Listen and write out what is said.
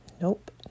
Nope